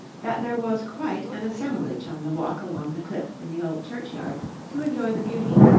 that there was quite an assemblage on the walk along the cliff in the old churchyard to enjoy the beauty.